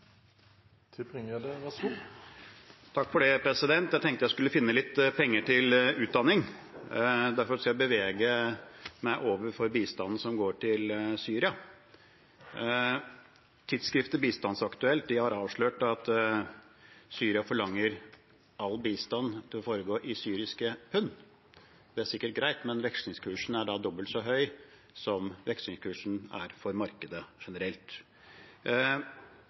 Jeg tenkte jeg skulle finne litt penger til utdanning. Derfor skal jeg bevege meg over til bistanden som går til Syria. Tidsskriftet Bistandsaktuelt har avslørt at Syria forlanger at all bistand skal foregå i syriske pund. Det er sikkert greit, men vekslingskursen er da dobbelt så høy som vekslingskursen er for markedet generelt.